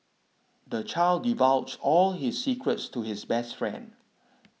the child divulged all his secrets to his best friend